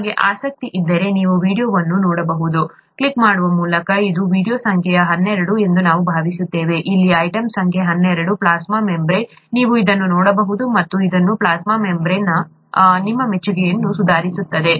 ನಿಮಗೆ ಆಸಕ್ತಿ ಇದ್ದರೆ ನೀವು ಈ ವೀಡಿಯೊವನ್ನು ನೋಡಬಹುದು ಕ್ಲಿಕ್ ಮಾಡುವ ಮೂಲಕ ಇದು ವೀಡಿಯೊ ಸಂಖ್ಯೆ ಹನ್ನೆರಡು ಎಂದು ನಾನು ಭಾವಿಸುತ್ತೇನೆ ಇಲ್ಲಿ ಐಟಂ ಸಂಖ್ಯೆ ಹನ್ನೆರಡು ಪ್ಲಾಸ್ಮಾ ಮೆಂಬರೇನ್ ನೀವು ಇದನ್ನು ನೋಡಬಹುದು ಮತ್ತು ಅದು ಪ್ಲಾಸ್ಮಾ ಮೆಂಬರೇನ್ನ ನಿಮ್ಮ ಮೆಚ್ಚುಗೆಯನ್ನು ಸುಧಾರಿಸುತ್ತದೆ